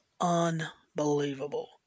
unbelievable